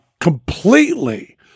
completely